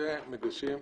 כשמגבשים